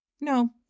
No